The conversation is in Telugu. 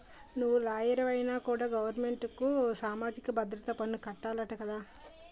నువ్వు లాయరువైనా కూడా గవరమెంటుకి సామాజిక భద్రత పన్ను కట్టాలట కదా